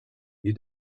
you